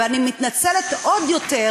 ואני מתנצלת עוד יותר